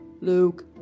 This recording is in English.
Luke